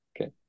Okay